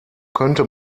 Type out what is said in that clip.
könnte